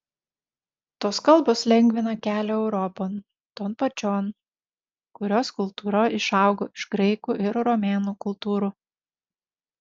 tos kalbos lengvina kelią europon ton pačion kurios kultūra išaugo iš graikų ir romėnų kultūrų